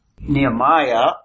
Nehemiah